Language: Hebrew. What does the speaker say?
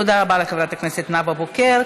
תודה רבה לחברת הכנסת נאוה בוקר.